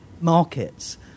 markets